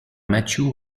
matthew